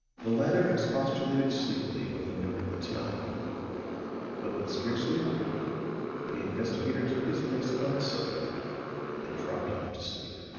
the latter expostulated sleepily when he noted the time but with scarcely a word the investigator took his place upon the sofa and dropped off to sleep.